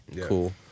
Cool